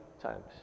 times